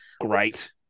great